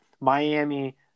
Miami